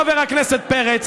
חבר הכנסת פרץ,